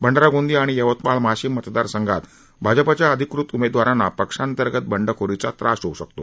भंडारा गोंदिया आणि यवतमाळ वाशिम मतदारसंघांत भाजपाच्या अधिकृत उमेदवारांना पक्षांतर्गत बंडखोरीचा त्रास होऊ शकतो